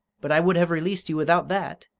but i would have released you without that!